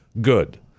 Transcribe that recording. good